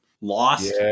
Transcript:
Lost